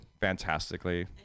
fantastically